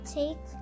take